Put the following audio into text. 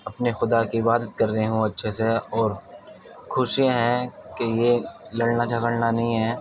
اپنے خدا کی عبادت کر رہے ہوں اچھے سے اور خوش ہیں کہ یہ لڑنا جھگڑنا نہیں ہے